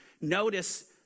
notice